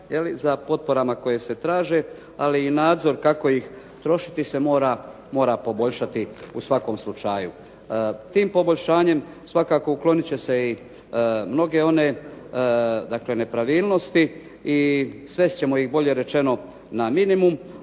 za potporama koje se traže, ali i nadzor kako ih trošiti se mora poboljšati u svakom slučaju. Tim poboljšanjem svakako ukloniti će se i mnoge one dakle nepravilnosti i svesti ćemo ih bolje rečeno na minimum,